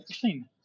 clean